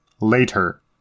Later